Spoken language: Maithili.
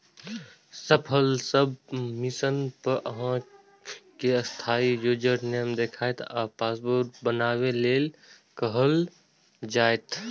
सफल सबमिशन पर अहां कें अस्थायी यूजरनेम देखायत आ पासवर्ड बनबै लेल कहल जायत